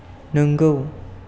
नोंगौ